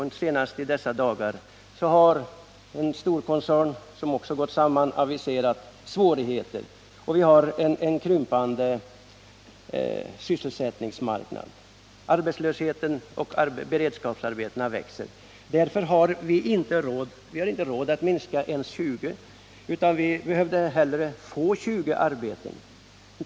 Senast i dessa dagar har en stor koncern, som också gått samman, aviserat svårigheter, och vi har en krympande sysselsättning. Arbetslösheten växer och beredskapsarbetena blir allt fler. Därför har vi inte råd att mista ens 20 arbeten, utan vi behövde hellre få 20 nya.